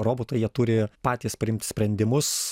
robotai jie turi patys priimt sprendimus